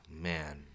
Man